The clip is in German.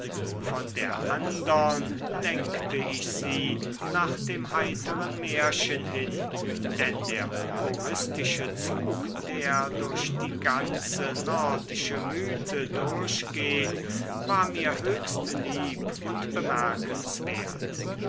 von der andern lenkte ich sie nach dem heiteren märchen hin denn der humoristische zug der durch die ganze nordische mythe durchgeht war mir höchst lieb und bemerkenswert